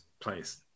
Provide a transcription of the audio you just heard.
place